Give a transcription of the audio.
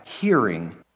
hearing